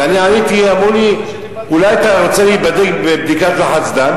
ואמרו לי: אולי אתה רוצה להיבדק בדיקת לחץ דם?